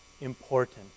important